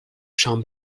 شام